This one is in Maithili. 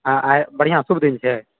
हँ आइ बढ़िआँ शुभ दिन छै